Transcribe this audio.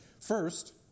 First